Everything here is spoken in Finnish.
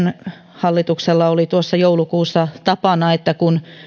hallituksella oli joulukuussa tapana että kun